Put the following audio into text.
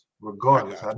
Regardless